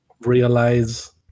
realize